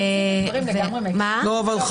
זו לא הייתה הכוונה.